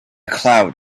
cloud